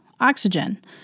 oxygen